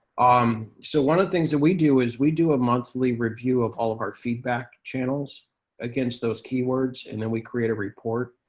um so one of the things that we do is we do a monthly review of all of our feedback channels against those keywords, and then we create a report.